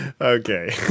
Okay